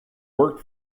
worked